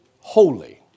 holy